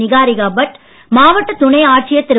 நிகாரிகா பட் மாவட்ட துணை ஆட்சியர் திரு